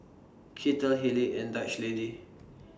Kettle Haylee and Dutch Lady